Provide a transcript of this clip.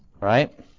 right